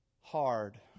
hard